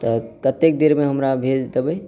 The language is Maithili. तऽ कतेक देरमे हमरा भेज देबै